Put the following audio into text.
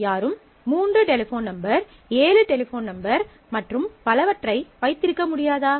யாரும் 3 telephone number 7 telephone number மற்றும் பலவற்றை வைத்திருக்க முடியாதா